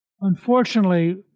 unfortunately